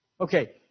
Okay